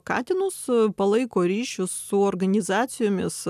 katinus palaiko ryšius su organizacijomis